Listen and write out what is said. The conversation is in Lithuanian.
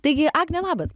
taigi agne labas